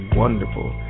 wonderful